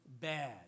bad